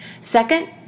Second